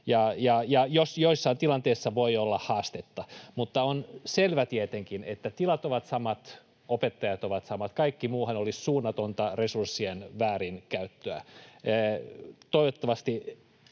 ja joissain tilanteissa voi olla haastetta, mutta on selvää tietenkin, että tilat ovat samat, opettajat ovat samat. Kaikki muuhan olisi suunnatonta resurssien väärinkäyttöä. Toivottavasti